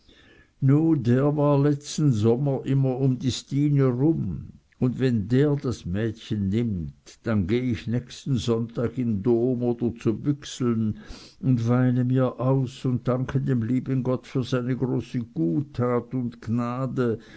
der war letzten sommer immer um die stine rum un wenn der das mächen nimmt dann geh ich nächsten sonntag in n dom oder zu büchseln und weine mir aus und danke dem lieben gott für seine große guttat un gnade